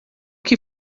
que